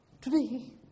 Today